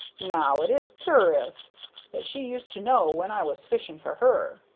now, it is cur'us that she used to know when i was fishing for her.